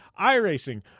iRacing